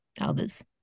others